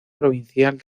provincial